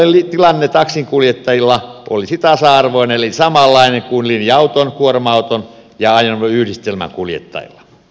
tällöin tilanne taksinkuljettajilla olisi tasa arvoinen eli samanlainen kuin linja auton kuorma auton ja ajoneuvoyhdistelmän kuljettajilla